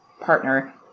partner